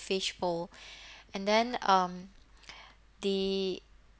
fishbowl and then um the